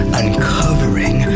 uncovering